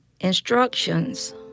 instructions